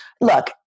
look